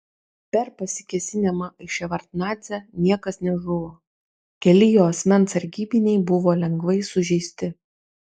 per pasikėsinimą į ševardnadzę niekas nežuvo keli jo asmens sargybiniai buvo lengvai sužeisti